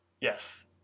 Yes